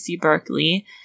Berkeley